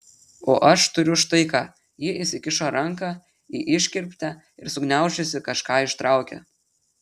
o aš turiu štai ką ji įsikišo ranką į iškirptę ir sugniaužusi kažką ištraukė